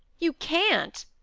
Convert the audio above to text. you can't!